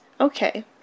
Okay